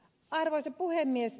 arvoisa puhemies